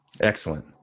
Excellent